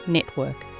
Network